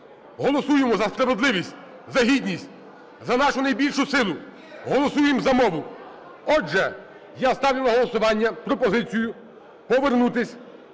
голосуємо за справедливість, за гідність, за нашу найбільшу силу – голосуємо за мову. Отже, я ставлю на голосування пропозицію повернутись